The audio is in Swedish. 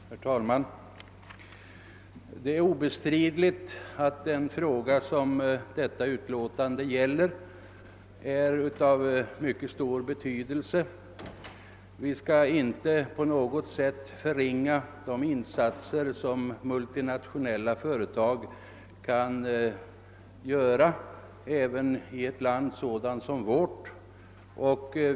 Herr talman! Det är obestridligt att den fråga som behandlas i detta utlåtande är av mycket stor betydelse. Vi skall inte på något sätt förringa de insatser som multinationella företag kan göra även i ett land som vårt.